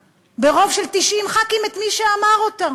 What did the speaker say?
ברוב של 90 חברי כנסת את מי שאמר אותה.